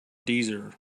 deezer